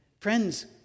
Friends